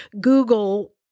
Google